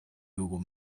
google